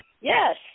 Yes